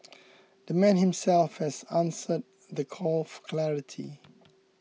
the man himself has answered the call for clarity